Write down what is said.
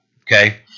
Okay